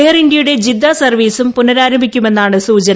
air ഇന്ത്യയുടെ Jeddah സർവീസും പുനരാരംഭിക്കുമെന്നാണ് സൂചന